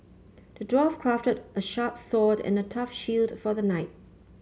the dwarf crafted a sharp sword and a tough shield for the knight